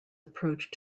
approach